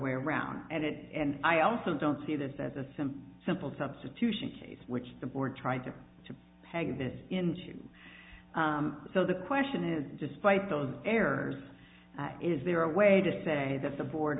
way around and it and i also don't see this as a simple simple substitution case which the board tried to hang this into so the question is despite those errors is there a way to say that the board